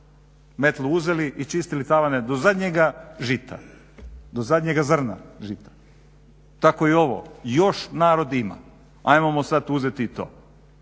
metlu uzeli i čistili tavane do zadnjega žita, do zadnjega zrna žita. Tako i ovo, još narod ima ajmo mu sada uzeti i to.